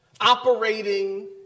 operating